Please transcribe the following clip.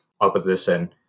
opposition